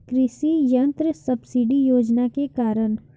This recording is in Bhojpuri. कृषि यंत्र सब्सिडी योजना के कारण?